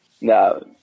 No